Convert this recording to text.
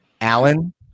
Alan